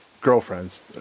girlfriends